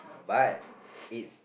but it's